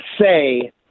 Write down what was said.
say